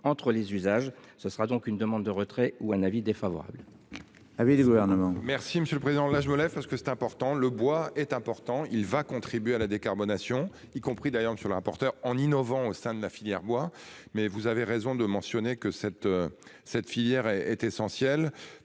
entre les usages, ce sera donc une demande de retrait ou un avis défavorable.